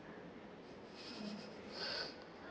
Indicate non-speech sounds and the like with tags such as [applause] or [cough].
[laughs]